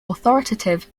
authoritative